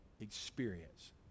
experience